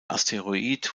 asteroid